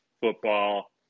football